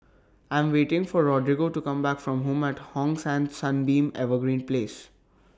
I Am waiting For Rodrigo to Come Back from Home At Hong San Sunbeam Evergreen Place